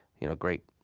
you know, great,